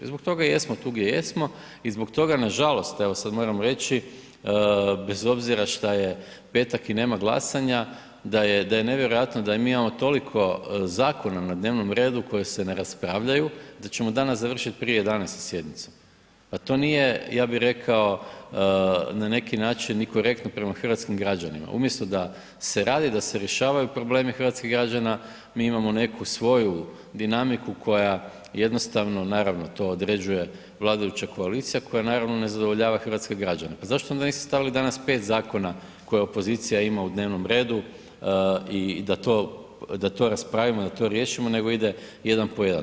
Zbog toga jesmo tu gdje jesmo i zbog toga na žalost evo sad moram reći bez obzira šta je petak i nema glasanja, da je, da je nevjerojatno da i mi imamo toliko zakona na dnevnom redu koji se ne raspravljanju da ćemo danas završit prije 11 sjednicu, pa to nije, ja bi rekao na neki način ni korektno prema hrvatskim građanima, umjesto da se radi, da se rješavaju problemi hrvatskih građana, mi imamo neku svoju dinamiku koja jednostavno naravno to određuje vladajuća koalicija koja naravno ne zadovoljava hrvatske građane, pa zašto onda niste stavili danas 5 zakona koje opozicija ima u dnevnom redu i da to, da to raspravimo, da to riješimo, nego ide jedan po jedan.